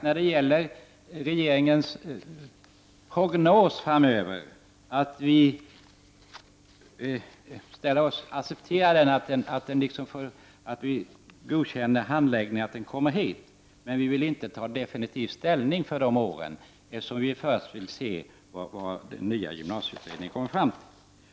När det gäller regeringens prognos framöver har vi sagt att vi accepterar att den läggs fram för riksdagen, men vi vill inte ta slutlig ställning för de åren eftersom vi först vill se vad den nya gymnasieutredningen kommer fram till.